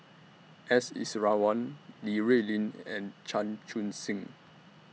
S Iswaran Li Rulin and Chan Chun Sing